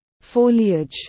foliage